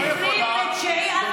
את לא יכולה לומר פה שצה"ל ביצע שחיטה.